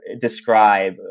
describe